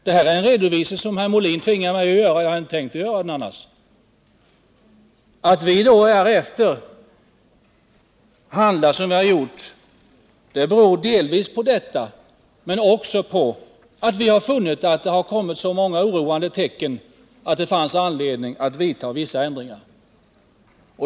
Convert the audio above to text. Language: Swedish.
Detta är en redovisning som herr Molin tvingar mig att lämna, jag hade inte tänkt göra det annars. Att vi handlade som vi gjorde beror delvis på detta, men också på att vi funnit att det kommit så många oroande tecken att det finns anledning att vidta vissa ändringar.